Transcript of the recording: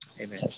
Amen